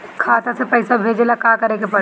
खाता से पैसा भेजे ला का करे के पड़ी?